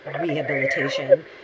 rehabilitation